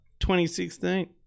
2016